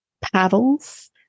Paddles